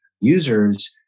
users